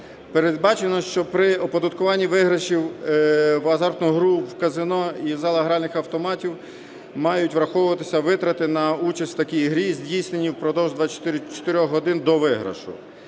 Передбачено, що при оподаткуванні виграшів в азартну гру в казино і в залах гральних автоматів мають враховуватися витрати на участь у такій грі, здійснені впродовж 24 годин до виграшу.